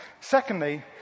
Secondly